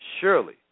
Surely